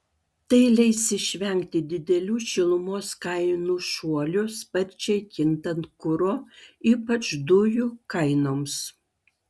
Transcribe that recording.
tai leis išvengti didelių šilumos kainų šuolių sparčiai kintant kuro ypač dujų kainoms